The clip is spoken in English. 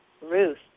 Ruth